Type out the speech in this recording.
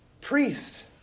priest